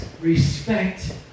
respect